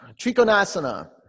Trikonasana